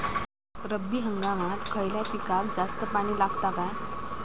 रब्बी हंगामात खयल्या पिकाक जास्त पाणी लागता काय?